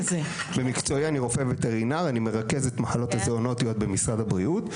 אני מרכז את המחלות הזואונוטיות במשרד הבריאות.